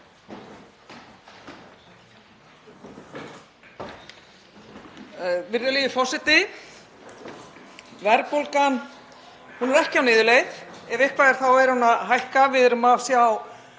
Virðulegi forseti. Verðbólgan er ekki á niðurleið. Ef eitthvað er þá er hún að hækka. Við erum að sjá